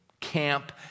camp